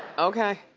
okay.